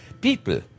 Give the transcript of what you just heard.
people